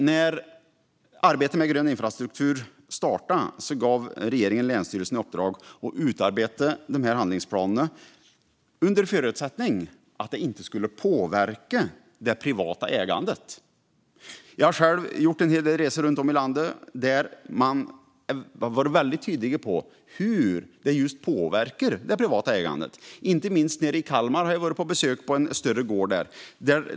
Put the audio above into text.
När arbetet med grön infrastruktur startade gav regeringen länsstyrelserna i uppdrag att utarbeta handlingsplanerna under förutsättning att det inte skulle påverka det privata ägandet. Jag har själv gjort en hel del resor runt om i landet. Man har varit väldigt tydlig med hur det påverkar det privata ägandet. Jag har inte minst varit på besök på en större gård nere i Kalmar.